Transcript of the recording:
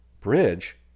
Bridge